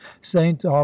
saint